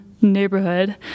neighborhood